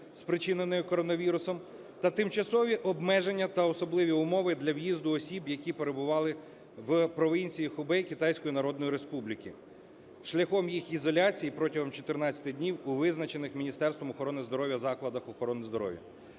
спричиненої коронавірусом, та тимчасові обмеження, та особливі умови для в'їзду осіб, які перебували в провінції Хубей Китайської Народної Республіки, шляхом їх ізоляції протягом 14 днів у визначених Міністерством охорони здоров'я закладах охорони здоров'я.